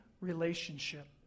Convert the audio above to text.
relationship